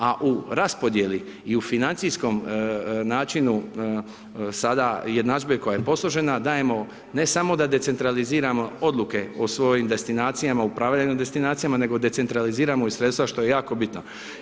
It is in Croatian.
A u raspodjeli i u financijskom načinu sada jednadžbe koja je posložena dajemo ne samo da decentraliziramo odluke o svojim destinacijama, upravljanju destinacijama, nego decentraliziramo i sredstava što je jako bitno.